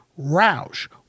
Roush